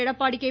Edappadi K